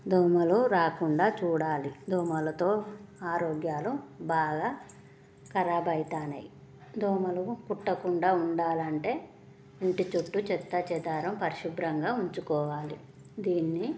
దోమలు రాకుండా చూడాలి దోమలతో ఆరోగ్యాలు బాగా ఖరాబ్ అవుతాన్నాయి దోమలు కుట్టకుండా ఉండాలంటే ఇంటి చుట్టూ చెత్తాచెదారం పరిశుభ్రంగా ఉంచుకోవాలి దీన్ని